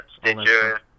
Stitcher